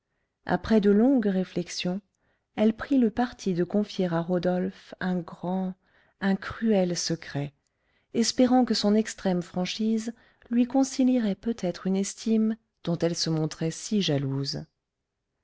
après de longues réflexions elle prit le parti de confier à rodolphe un grand un cruel secret espérant que son extrême franchise lui concilierait peut-être une estime dont elle se montrait si jalouse